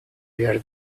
behar